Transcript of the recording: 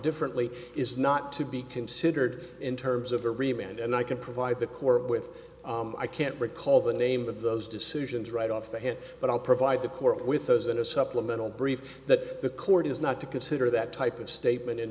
differently is not to be considered in terms of a rebound and i can provide the court with i can't recall the name of those decisions right off the hit but i'll provide the court with those in a supplemental brief that the court is not to consider that type of statement in